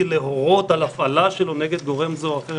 להורות על הפעלה שלו נגד גורם זה או אחר,